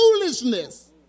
foolishness